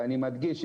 ואני מדגיש,